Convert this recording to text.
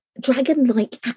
dragon-like